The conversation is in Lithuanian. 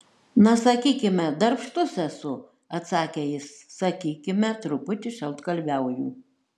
na sakykime darbštus esu atsakė jis sakykime truputį šaltkalviauju